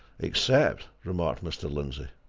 except, remarked mr. lindsey,